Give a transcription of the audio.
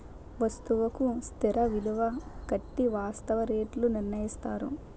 వస్తువుకు స్థిర విలువ కట్టి వాస్తవ రేట్లు నిర్ణయిస్తారు